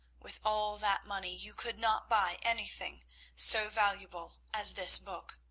with all that money you could not buy anything so valuable as this book.